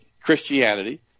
Christianity